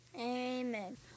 Amen